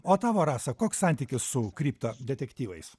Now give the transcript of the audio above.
o tavo rasa koks santykis su kripta detektyvais